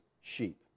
sheep